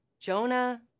Jonah